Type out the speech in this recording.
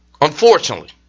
unfortunately